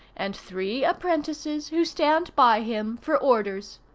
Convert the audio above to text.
and three apprentices who stand by him for orders.